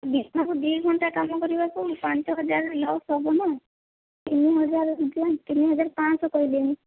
ଦିନକୁ ଦୁଇ ଘଣ୍ଟାକୁ କାମକରିବାକୁ ପାଞ୍ଚ ହଜାର ଲସ୍ ହେବନା ତିନି ହଜାର ନିଅନ୍ତୁ ତିନି ହଜାର ପାଞ୍ଚଶହ କହିଲିଣି